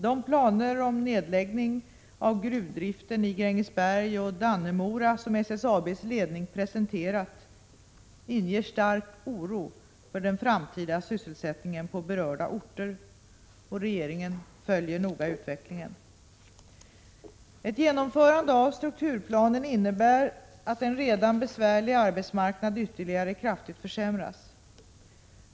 De planer på nedläggning av gruvdriften i Grängesberg och Dannemora som SSAB:s ledning presenterat inger stark oro för den framtida sysselsättningen på berörda orter och regeringen följer noga utvecklingen. Ett genomförande av strukturplanen innebär att en redan besvärlig arbetsmarknad ytterligare kraftigt försämras.